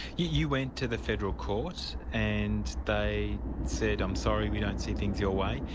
you went to the federal court and they said i'm sorry, we don't see things your way'.